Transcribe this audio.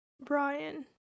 Brian